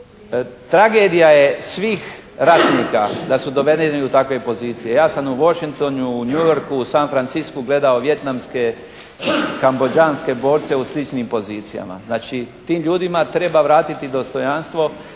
tragedija je svih ratnika da su dovedeni u takve pozicije. Ja sam u Washington, u New Yorku, u San Franciscu gledao vijetnamske, kambođanske borce u sličnim pozicijama. Znači tim ljudima treba vratiti dostojanstvo.